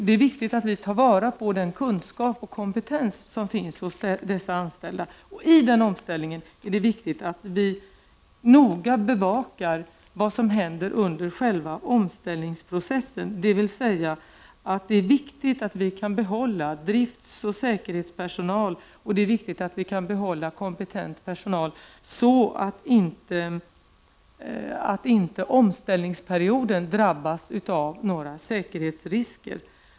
Det är viktigt att vi tar vara på den kunskap och kompetens som finns hos de anställda. Det är viktigt att vi noga bevakar vad som händer under själva omställningsprocessen, att vi kan behålla driftsoch säkerhetspersonal, kompetent personal, så att vi inte under omställningsperioden drabbas av säkerhetsrisker.